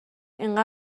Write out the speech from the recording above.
اینقدر